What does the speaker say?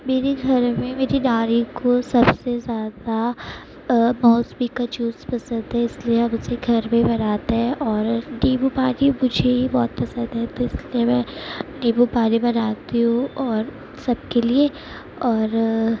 میرے گھر میں میرے نانی کو سب سے زیادہ موسمی کا جوس پسند ہے اس لیے ہم اسے گھر میں بناتے ہیں اور نیبو پانی مجھے ہی بہت پسند ہے تو اس لیے میں نیبو پانی بناتی ہوں اور سب کے لیے اور